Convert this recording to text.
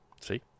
See